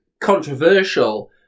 controversial